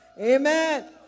Amen